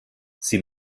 sie